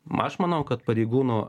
aš manau kad pareigūnų